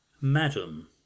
madam